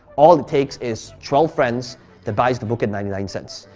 all it takes is twelve friends that buys the book at ninety nine cents.